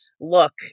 look